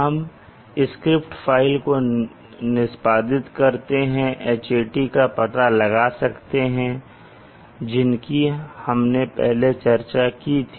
हम script file को निष्पादित करके Hat का पता लगा सकते हैं जिनकी हमने पहले चर्चा की थी